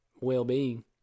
well-being